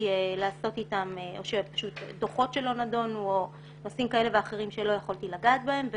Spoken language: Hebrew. לעשות אתם או דוחות שלא נדונו או נושאים כאלה ואחרים שלא יכולתי לגעת בהם.